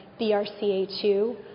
BRCA2